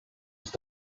ist